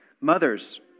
Mothers